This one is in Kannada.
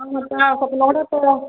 ಹಂಗೆ ಮತ್ತೆ ಸ್ವಲ್ಪ ನೋಡೋಥರ